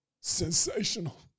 Sensational